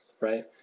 right